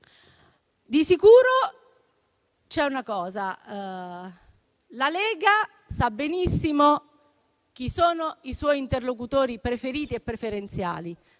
Di sicuro c'è una cosa: la Lega sa benissimo chi sono i suoi interlocutori preferiti e preferenziali.